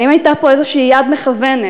האם הייתה פה איזושהי יד מכוונת